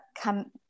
come